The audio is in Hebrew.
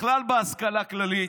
בכלל בהשכלה כללית.